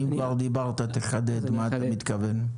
תחדד למה אתה מתכוון.